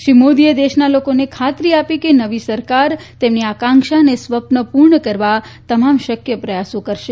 શ્રી મોદીએ દેશના લોકોને ખાત્રી આપી કે નવી સરકાર તેમને આકાંક્ષા અને સ્વપ્નો પૂર્ણ કરવા તમામ શક્ય પ્રથત્નો કરશે